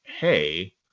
hey